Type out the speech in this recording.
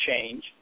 change